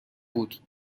بود